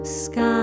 sky